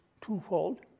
twofold